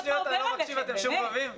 אני לא יודעת מה עובר עליכם, באמת.